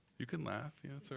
you can laugh yeah, so